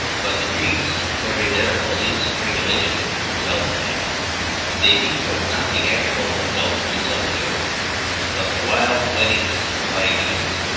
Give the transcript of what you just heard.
but the greeks carried their police regulation into elfland they vetoed not the actual adulteries of the earth but the wild weddings of ideas,